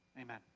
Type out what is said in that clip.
amen